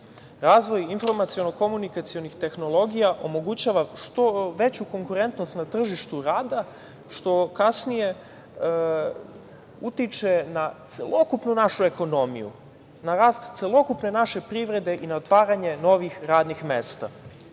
Razvoj informaciono-komunikacionih tehnologija omogućava veću konkurentnost na tržištu rada, što kasnije utiče na celokupnu našu ekonomiju, na rast celokupne naše privrede i na otvaranje novih radnih mesta.